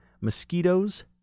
Mosquitoes